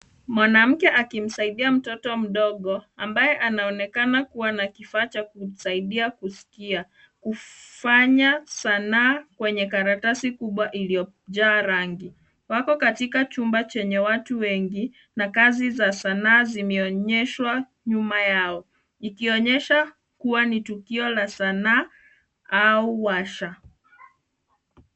Mwanamke akimsaidia mtoto mdogo ambaye anaonekana kuwa na kifaa cha kumsaidia kusikia. Kufanya sanaa kwenye karatasi kubwa iliyojaa rangi. Wako katika chumba chenye watu wengi na kazi za sanaa zimeonyeshwa nyuma yao ikionyesha kuwa ni tukio la sanaa au washa.